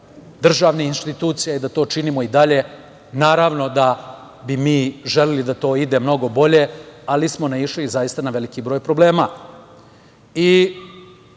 državnih institucija i da to činimo i dalje. Naravno da bi mi želeli da to ide mnogo bolje, ali smo naišli, zaista, na veliki broj problema. Želim